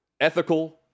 ethical